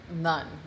None